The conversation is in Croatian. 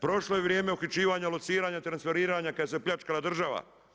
Prošlo je vrijeme uhićivanja, lociranja, transferiranja kad se pljačkala država.